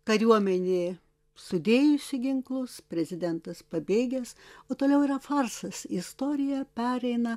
kariuomenė sudėjusi ginklus prezidentas pabėgęs o toliau yra farsas istorija pereina